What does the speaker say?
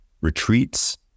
retreats